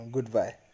Goodbye